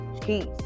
peace